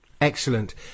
Excellent